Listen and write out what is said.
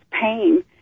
pain